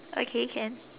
okay can